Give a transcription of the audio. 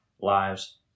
lives